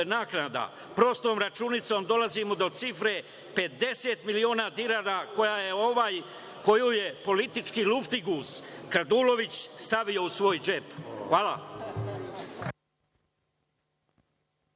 naknada, prostom računicom dolazimo do cifre 50 miliona dinara, koju je politički luftiguz kradulović stavio u svoj džep. Hvala.